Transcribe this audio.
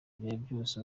byose